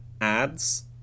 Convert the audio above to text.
ads